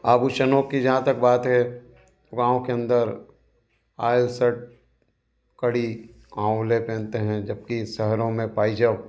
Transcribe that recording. आभूषणों कि जहाँ तक बात है गाँव के अंदर आयल सट कड़ी आँवलें पहनते हैं जब कि शहरों में पजेब